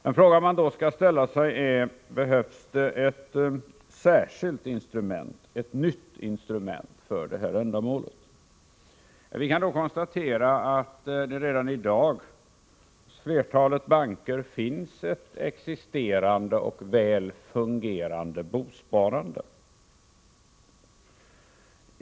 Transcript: Den fråga man skall ställa sig är: Behövs det ett särskilt instrument, ett nytt instrument, för det här ändamålet? Vi kan konstatera att det redan i dag i flertalet banker finns ett existerande och väl fungerande bosparande.